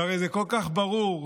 וזה הרי כל כך ברור,